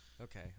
okay